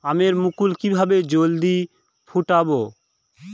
আমের মুকুল কিভাবে জলদি ফুটাব?